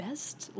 Best